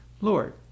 Lord